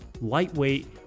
lightweight